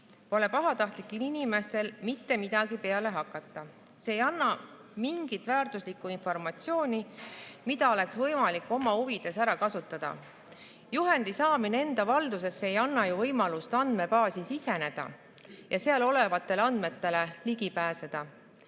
pole pahatahtlikel inimestel mitte midagi peale hakata, see ei anna mingit väärtuslikku informatsiooni, mida oleks võimalik oma huvides ära kasutada. Juhendi saamine enda valdusesse ei anna ju võimalust andmebaasi siseneda ja seal olevatele andmetele ligi pääseda.